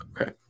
okay